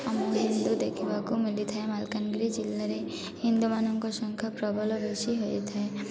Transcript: ଆମକୁ ହିନ୍ଦୁ ଦେଖିବାକୁ ମିଳିଥାଏ ମାଲକାନଗିରି ଜିଲ୍ଲାରେ ହିନ୍ଦୁମାନଙ୍କ ସଂଖ୍ୟା ପ୍ରବଳ ବେଶୀ ହୋଇଥାଏ